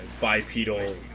bipedal